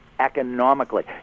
economically